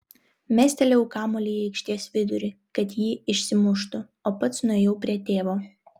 mestelėjau kamuolį į aikštės vidurį kad jį išsimuštų o pats nuėjau prie tėvo